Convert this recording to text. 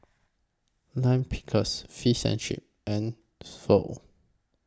Lime Pickles Fish and Chips and Pho